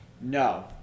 no